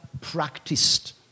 practiced